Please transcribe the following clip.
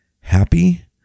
happy